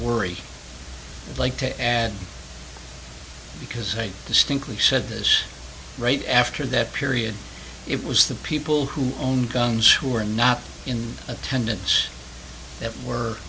worry like to add because a distinctly said this right after that period it was the people who own guns who were not in attendance that were